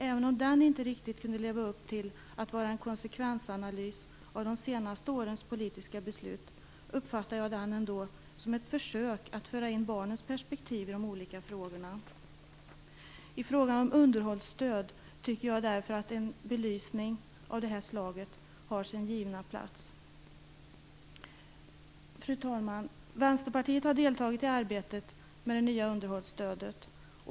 Även om den inte riktigt kunde leva upp till att vara en konsekvensanalys av de senaste årens politiska beslut, uppfattar jag den som ett försök att föra in barnens perspektiv i de olika frågorna. I fråga om underhållsstöd tycker jag därför att en belysning av det här slaget har sin givna plats. Fru talman! Vänsterpartiet har deltagit i arbetet med det nya underhållsstödet.